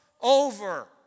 over